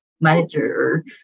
manager